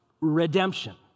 redemption